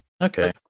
Okay